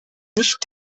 nicht